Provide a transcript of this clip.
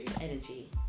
Energy